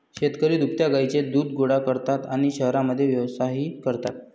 शेतकरी दुभत्या गायींचे दूध गोळा करतात आणि शहरांमध्ये व्यवसायही करतात